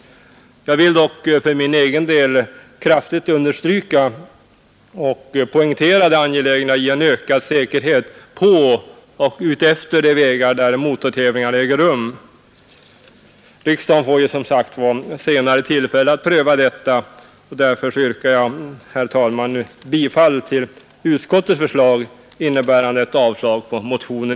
För min egen del vill jag kraftigt understryka och poängtera det angelägna i en ökad säkerhet på och utefter de vägar där motortävlingar äger rum. Riksdagen får senare tillfälle att pröva detta, och därför yrkar jag, herr talman, bifall till utskottets förslag innebärande ett avslag på motionen.